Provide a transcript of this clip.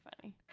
funny